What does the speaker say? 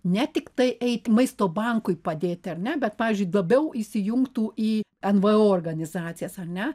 ne tiktai eit maisto bankui padėti ar ne bet pavyzdžiui labiau įsijungtų į nvo organizacijas ar ne